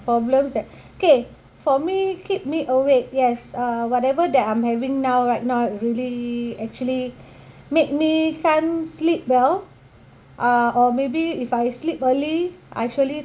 problems that okay for me keep me awake yes uh whatever that I'm having now right now really actually make me can't sleep well uh or maybe if I sleep early actually